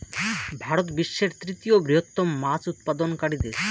ভারত বিশ্বের তৃতীয় বৃহত্তম মাছ উৎপাদনকারী দেশ